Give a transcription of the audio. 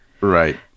right